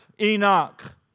Enoch